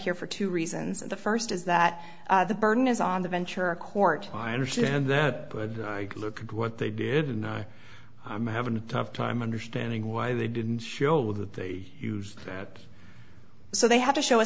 here for two reasons and the first is that the burden is on the ventura court i understand that but i look at what they did and i'm having a tough time understanding why they didn't show that they use that so they have to show a